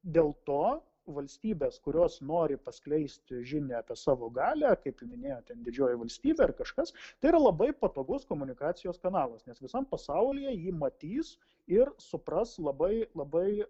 dėl to valstybės kurios nori paskleisti žinią apie savo galią kaip ir minėjot ten didžioji valstybė ar kažkas tai yra labai patogus komunikacijos kanalas nes visam pasaulyje jį matys ir supras labai labai